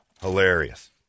Hilarious